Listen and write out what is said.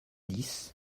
dix